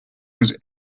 was